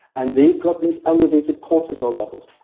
and they've got these elevated cortisol levels,